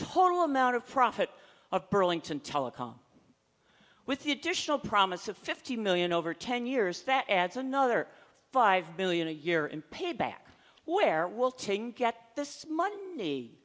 total amount of profit of burlington telecom with the additional promise of fifty million over ten years that adds another five billion a year in payback where will to get this money